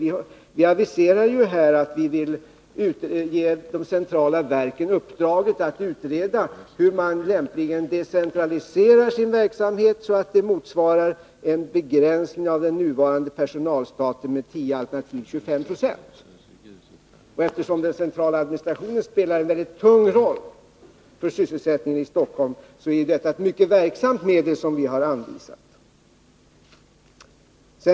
Vi aviserar att vi vill ge de centrala verken uppdraget att utreda hur man lämpligen decentraliserar sin verksamhet så att den motsvarar en begränsning av den nuvarande personalstaten med 10-25 96. Eftersom den centrala administrationen spelar en väldigt tung roll för sysselsättningen i Stockholm, är det ett mycket verksamt medel som vi anvisar.